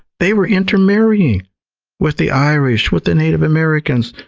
they were intermarrying with the irish, with the native americans,